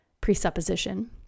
presupposition